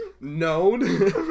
known